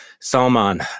Salman